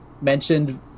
mentioned